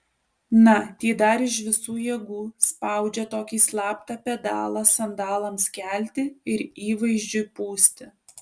na tie dar iš visų jėgų spaudžia tokį slaptą pedalą sandalams kelti ir įvaizdžiui pūsti